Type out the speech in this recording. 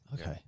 Okay